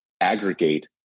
aggregate